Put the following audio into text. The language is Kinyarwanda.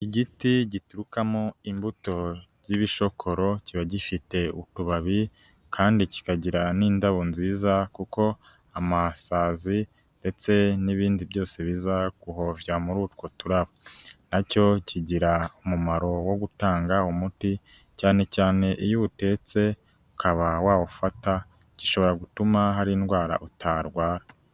Igiti giturukamo imbuto z'ibishokoro kiba gifite utubabi kandi kikagira n'indabo nziza kuko amasazi ndetse n'ibindi byose biza guhovya muri utwo turabo. Na cyo kigira umumaro wo gutanga umuti, cyane cyane iyo uwutetse ukaba wawufata, gishobora gutuma hari indwara utarwara.